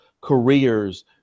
careers